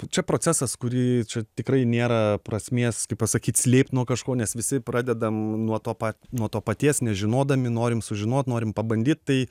čia procesas kurį čia tikrai nėra prasmės kaip pasakyt slėpt nuo kažko nes visi pradedam nuo to pat nuo to paties nežinodami norim sužinot norim pabandyt tai